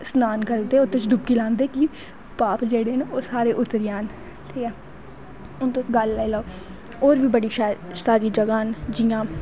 सनान करदे उत्त च डुबकी लांदे कि पाप जेह्ड़े न ओह् सारे उतरी जान ठीक ऐ हून तुसगल्ल लाई लैओ होर बी बड़ी सारी शैल जगां न जियां